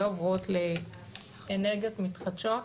ועוברות לאנרגיות מתחדשות,